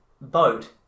boat